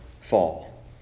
fall